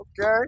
okay